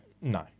No